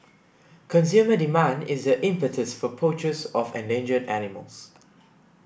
consumer demand is the impetus for poachers of endangered animals